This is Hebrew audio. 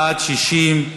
בעד, 60,